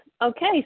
okay